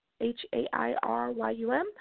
H-A-I-R-Y-U-M